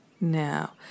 now